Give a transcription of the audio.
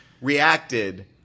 reacted